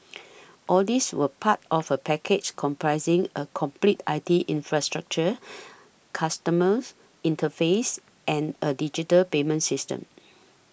all these were part of a package comprising a complete I T infrastructure customers interface and a digital payment system